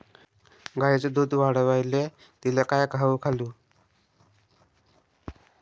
गायीचं दुध वाढवायले तिले काय खाऊ घालू?